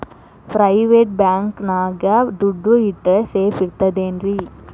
Private bank ನ್ಯಾಗ್ ದುಡ್ಡ ಇಟ್ರ ಸೇಫ್ ಇರ್ತದೇನ್ರಿ?